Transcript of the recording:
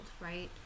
right